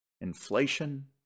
inflation